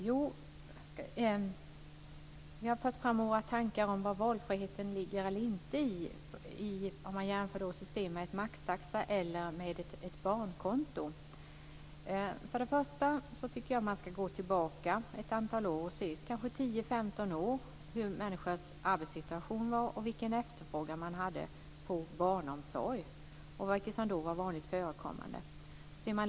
Fru talman! Vi har fört fram våra tankar om var valfriheten ligger eller inte ligger i en maxtaxa eller i ett barnkonto, som vi jämför. Jag tycker att man ska gå tillbaka kanske 10, 15 år och titta på hur människors arbetssituation var och vilken efterfrågan det var på barnomsorg. Vad var vanligt förekommande då?